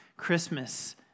Christmas